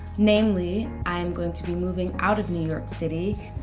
namely, i'm going to be moving out of new york city.